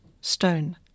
stone